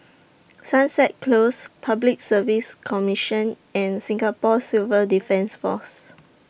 Sunset Close Public Service Commission and Singapore Civil Defence Force